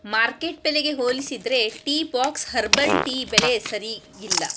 market ಬೆಲೆಗೆ ಹೋಲಿಸಿದರೆ Teabox herbal tea ಬೆಲೆ ಸರಿಯಿಲ್ಲ